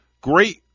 Great